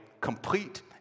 complete